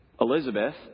Elizabeth